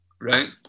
right